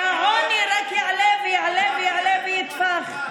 והעוני רק יעלה ויעלה ויעלה ויתפח.